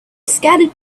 scattered